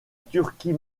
turquie